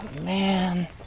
Man